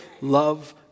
love